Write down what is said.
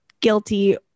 guilty